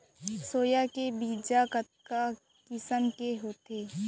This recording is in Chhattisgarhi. सोया के बीज कतका किसम के आथे?